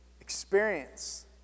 experience